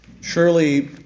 Surely